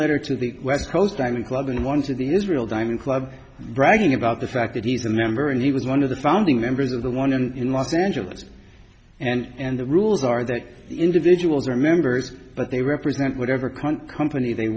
letter to the west coast island club and one to the israel diamond club bragging about the fact that he's a member and he was one of the founding members of the one in los angeles and the rules are that individuals are members but they represent whatever cunt company they